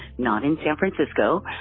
not in san francisco.